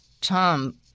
Tom